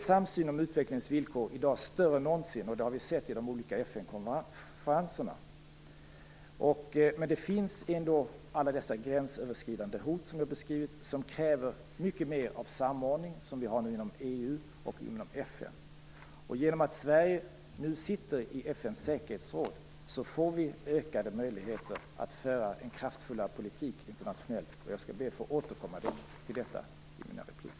Samsynen om utvecklingens villkor är större än någonsin internationellt. Det har vi sett i de olika FN konferenserna. Men det finns ändå alla dessa gränsöverskridande hot, som jag har beskrivit, som kräver mycket mer samordning. Det har vi nu inom EU och FN. Genom att Sverige nu sitter i FN:s säkerhetsråd får vi ökade möjligheter att föra en kraftfullare politik internationellt. Jag skall be att få återkomma till detta i mina repliker.